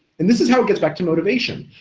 and this is how it gets back to motivation.